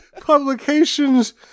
publications